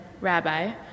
Rabbi